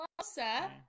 sir